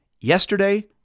yesterday